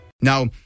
Now